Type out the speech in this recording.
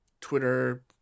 Twitter